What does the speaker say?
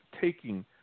taking